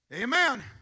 Amen